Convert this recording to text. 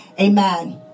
amen